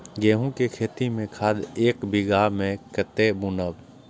गेंहू के खेती में खाद ऐक बीघा में कते बुनब?